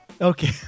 Okay